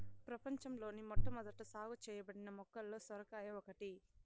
ప్రపంచంలోని మొట్టమొదట సాగు చేయబడిన మొక్కలలో సొరకాయ ఒకటి